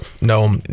No